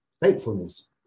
faithfulness